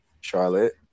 Charlotte